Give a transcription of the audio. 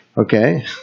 Okay